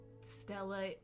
Stella